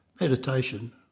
Meditation